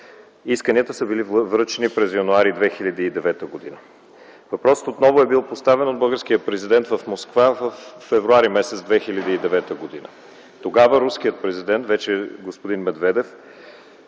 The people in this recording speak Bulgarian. Исканията са били връчени през м. януари 2009 г. Въпросът отново е бил поставен от българския президент в Москва през м. февруари 2009 г. Тогава руският президент – вече господин Медведев,